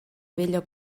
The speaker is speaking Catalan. bella